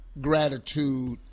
gratitude